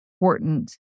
important